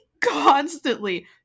constantly